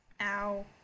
Ow